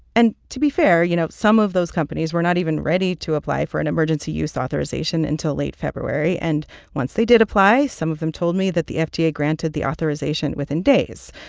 and to be fair, you know, some of those companies were not even ready to apply for an emergency use authorization until late february, and once they did apply, some of them told me that the fda granted the authorization within days,